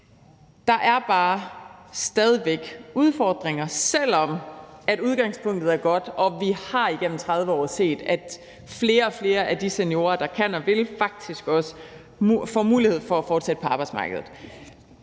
der er bare stadig væk udfordringer, selv om udgangspunktet er godt og vi igennem 30 år har set, at flere og flere af de seniorer, der kan og vil, faktisk også får mulighed for at fortsætte på arbejdsmarkedet.